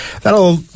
That'll